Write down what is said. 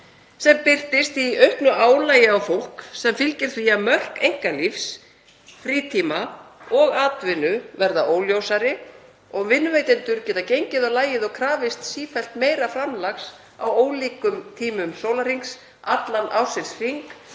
geta birst í auknu álagi á fólk sem fylgir því að mörk einkalífs, frítíma og atvinnu verða óljósari og vinnuveitendur geta gengið á lagið og krafist sífellt meira framlags á ólíkum tímum sólarhrings allan ársins hring